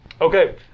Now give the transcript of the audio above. Okay